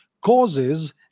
causes